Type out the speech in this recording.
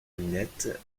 minette